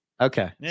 okay